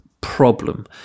problem